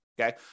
Okay